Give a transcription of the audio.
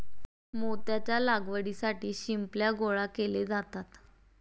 मोत्याच्या लागवडीसाठी शिंपल्या गोळा केले जातात